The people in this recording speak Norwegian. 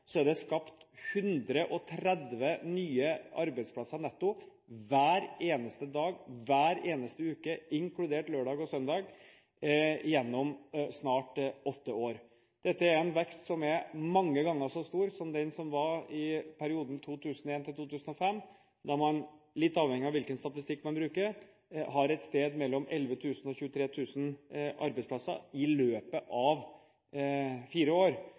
er det skapt 130 nye arbeidsplasser netto hver eneste dag, hver eneste uke, inkludert lørdag og søndag, gjennom snart åtte år. Dette er en vekst som er mange ganger så stor som den som var i perioden 2001–2005 da man, litt avhengig av hvilken statistikk man bruker, hadde et sted mellom 11 000 og 23 000 arbeidsplasser i løpet av fire år.